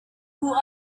who